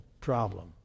problem